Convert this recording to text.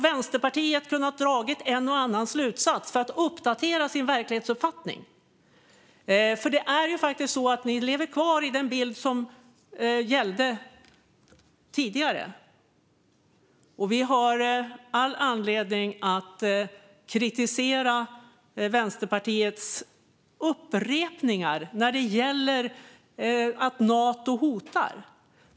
Vänsterpartiet borde ha kunnat dra en och annan slutsats för att uppdatera sin verklighetsuppfattning. Det är faktiskt så att ni lever kvar i den bild som gällde tidigare. Vi har all anledning att kritisera Vänsterpartiets upprepningar när det gäller att Nato hotar.